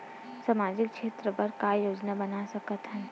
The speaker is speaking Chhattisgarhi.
सामाजिक क्षेत्र बर का का योजना बना सकत हन?